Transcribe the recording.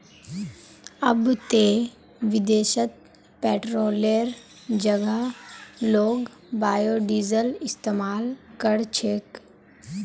अब ते विदेशत पेट्रोलेर जगह लोग बायोडीजल इस्तमाल कर छेक